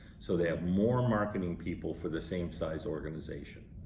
so they have more marketing people for the same size organization.